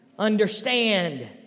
Understand